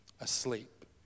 asleep